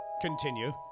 Continue